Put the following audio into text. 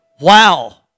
Wow